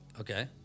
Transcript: okay